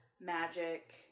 magic